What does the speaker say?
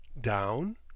Down